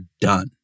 done